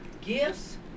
gifts